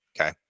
Okay